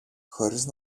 χωρίς